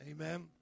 amen